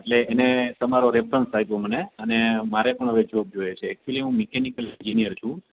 એટલે એને તમારો રેફરન્સ આપ્યો મને અને મારે પણ હવે જોબ જોઈએ છે એકચુંલી હું મિકેનિકલ એન્જીનીયર છું